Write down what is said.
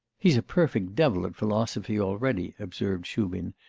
he's a perfect devil at philosophy already observed shubin,